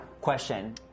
question